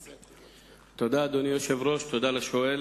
תודה, אדוני היושב-ראש, ותודה לשואל.